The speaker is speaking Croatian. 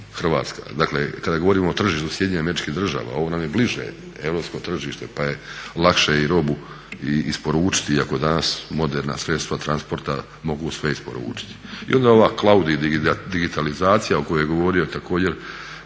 Hrvatska. Dakle kada govorimo o tržištu SAD-a, ovo nam je bliže europsko tržište pa je lakše i robu isporučiti iako danas moderna sredstva transporta mogu sve isporučiti. I onda ova … digitalizacija o kojoj je govorio također